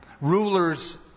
rulers